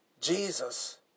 Jesus